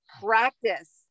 practice